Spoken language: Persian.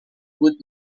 بود